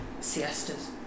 Siestas